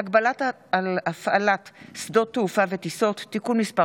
(הגבלות על הפעלת שדות תעופה וטיסות) (תיקון מס'